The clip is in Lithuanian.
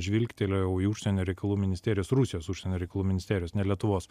žvilgtelėjau į užsienio reikalų ministerijos rusijos užsienio reikalų ministerijos ne lietuvos